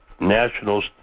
nationals